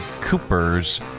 Cooper's